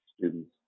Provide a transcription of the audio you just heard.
students